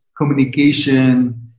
communication